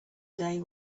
day